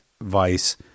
vice